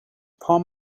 palm